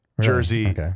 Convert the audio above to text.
Jersey